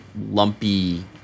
lumpy